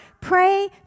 pray